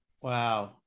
Wow